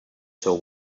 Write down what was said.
till